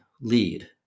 lead